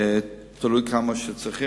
תלוי כמה צריכים.